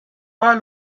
pas